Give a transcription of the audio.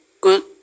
good